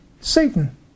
Satan